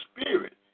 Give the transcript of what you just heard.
Spirit